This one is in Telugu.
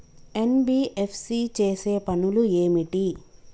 ఎన్.బి.ఎఫ్.సి చేసే పనులు ఏమిటి?